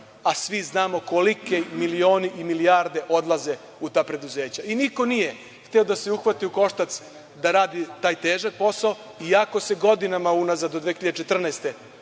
a svi znamo koliki milioni i milijarde odlaze u ta preduzeća. Niko nije hteo da se uhvati u koštac da radi taj težak posao, iako se godinama unazad od 2014.